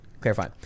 clarify